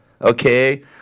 okay